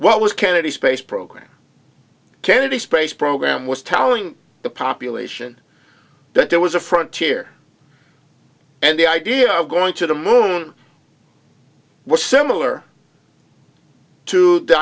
what was kennedy space program kennedy space program was telling the population that there was a frontier and the idea of going to the moon was similar to